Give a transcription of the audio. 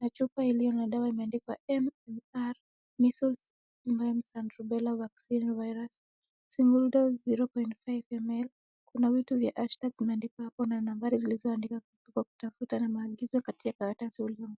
na chupa iliyo na dawa ambayo imeandikwa MMR, measels, mumps and rubela vaccine virus, single dose zero point five ml .Kuna vitu vya hashtag vimeandikwa hapo na nambari zilizoandikwa hapo za kutafuta na maagizo ya kupea suluhu.